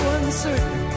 uncertain